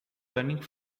learning